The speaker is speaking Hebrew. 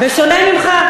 בשונה ממך.